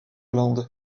land